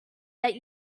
that